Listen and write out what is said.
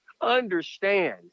understand